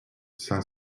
cinq